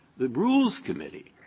the rules committee,